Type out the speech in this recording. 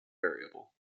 variable